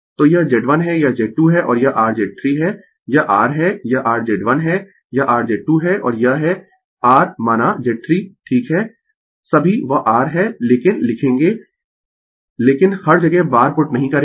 तो यह Z1 है यह Z2 है यह r Z 3 है यह r है यह r Z1 है यह r Z2 है और यह है r माना Z 3 ठीक है सभी वह R है लेकिन लिखेगें लेकिन हर जगह बार पुट नहीं करेंगें